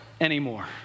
anymore